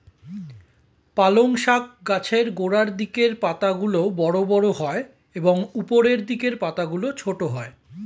পালং শাক গাছের গোড়ার দিকের পাতাগুলো বড় বড় হয় এবং উপরের দিকের পাতাগুলো ছোট হয়